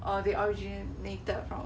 or they originated from